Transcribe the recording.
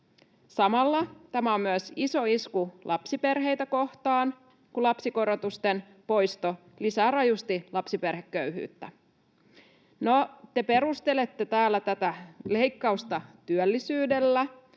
Samalla tämä on myös iso isku lapsiperheitä kohtaan, kun lapsikorotusten poisto lisää rajusti lapsiperheköyhyyttä. No, te perustelette täällä tätä leikkausta työllisyydellä,